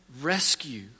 rescue